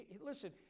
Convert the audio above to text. listen